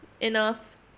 enough